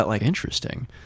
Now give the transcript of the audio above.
interesting